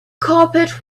carpet